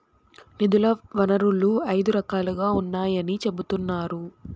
నిధుల వనరులు ఐదు రకాలుగా ఉన్నాయని చెబుతున్నారు